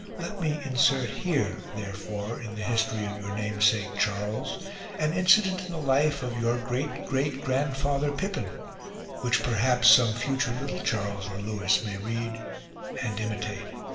let me insert here therefore in the history of your namesake charles an incident in the life of your great-great-grand father pippin which perhaps some future little charles or lewis may read and imitate.